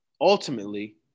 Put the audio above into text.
ultimately